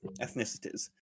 ethnicities